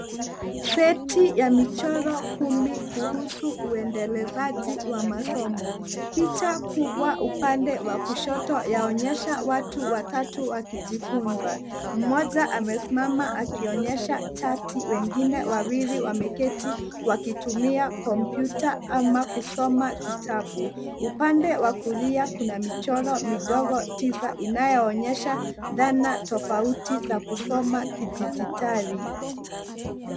Seti ya michoro kumi kuhusu uendelezaji wa masomo. Picha kubwa upande wa kushoto inaonyesha watu watatu wakijifunza. Mmoja amesimama akionyesha chati, wengine wawili wameketi wakitumia kompyuta ama kusoma kitabu, upande wa kulia kuna michoro midogo tisa inayoonyesha dhana tofauti za kusoma kidijitali.